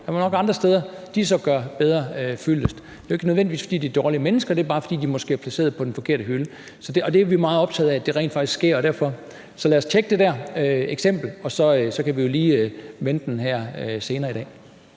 er nok andre steder, de gør bedre fyldest. Det er jo ikke nødvendigvis, fordi de er dårlige mennesker, det er bare, fordi de måske er placeret på den forkerte hylde. Og det er vi meget optaget af rent faktisk sker, så lad os derfor tjekke det der eksempel, og så kan vi jo lige vende den her senere i dag.